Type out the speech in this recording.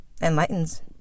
enlightens